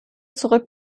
zurück